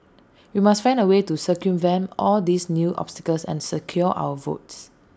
we must find A way to circumvent all these new obstacles and secure our votes